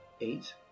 Eight